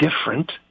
different